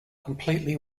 completely